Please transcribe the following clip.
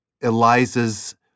Eliza's